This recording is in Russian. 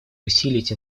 усилить